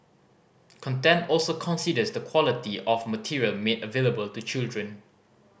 content also considers the quality of material made available to children